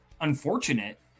unfortunate